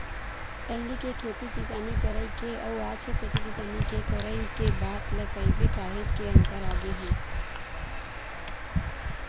पहिली के खेती किसानी करई के अउ आज के खेती किसानी के करई के बात ल कहिबे काहेच के अंतर आगे हे